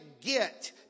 get